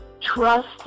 Trust